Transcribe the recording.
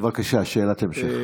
בבקשה, שאלת המשך.